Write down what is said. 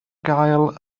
gael